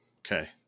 Okay